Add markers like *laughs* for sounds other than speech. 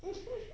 *laughs*